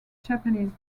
japanese